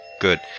Good